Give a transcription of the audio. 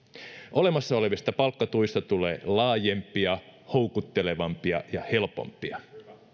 olemassa olevista palkkatuista tulee laajempia houkuttelevampia ja helpompia